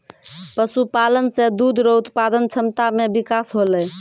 पशुपालन से दुध रो उत्पादन क्षमता मे बिकास होलै